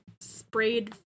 sprayed